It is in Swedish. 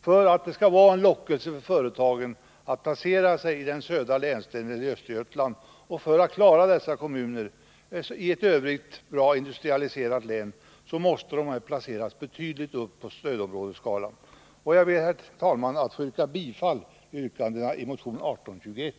För att det skall vara en lockelse för företagen att placera sig i den södra delen av Östergötlands län och för att man skall kunna klara dessa kommuner iett i övrigt bra industrialiserat län, måste det bli en betydligt högre placering på stödområdesskalan. Jag ber, herr talman, att få yrka bifall till förslagen i motion 1821.